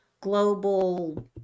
global